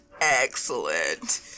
excellent